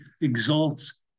exalts